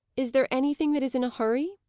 is there anything that is in a hurry?